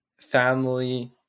family